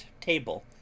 table